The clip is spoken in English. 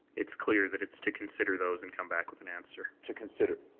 it's clear that it's to consider those and come back with an answer. to consider.